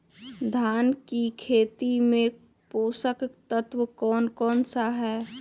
धान की खेती में पोषक तत्व कौन कौन सा है?